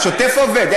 השוטף עובד.